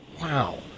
Wow